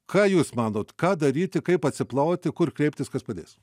ką jūs manot ką daryti kaip atsiplauti kur kreiptis kas padės